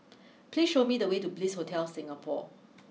please show me the way to Bliss Hotel Singapore